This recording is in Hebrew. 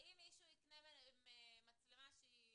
אבל מישהו יקנה מצלמה שהיא